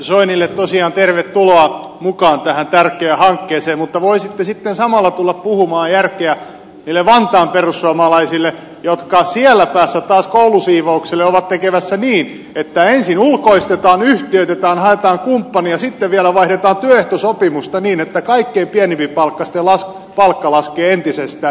soinille tosiaan tervetuloa mukaan tähän tärkeään hankkeeseen mutta voisitte sitten samalla tulla puhumaan järkeä niille vantaan perussuomalaisille jotka siellä päässä taas ovat tekemässä koulusiivoukselle niin että ensin ulkoistetaan yhtiöitetään haetaan kumppania ja sitten vielä vaihdetaan työehtosopimusta niin että kaikkein pienipalkkaisimpien palkka laskee entisestään